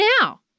now